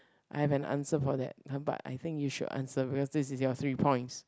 I have an answer for that but I think you should answer because this is your three points